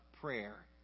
prayer